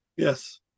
yes